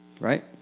Right